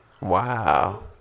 Wow